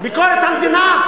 ביקורת המדינה?